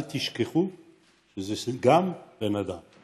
אל תשכחו שזה גם בן אדם,